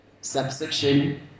subsection